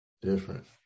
different